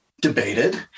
debated